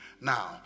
Now